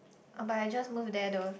oh but I just moved there though